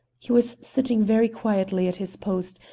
he was sitting very quietly at his post,